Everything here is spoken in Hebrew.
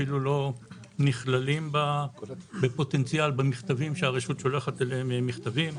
אפילו לא נכללים בפוטנציאל במכתבים שהרשות שולחת אליהם מכתבים.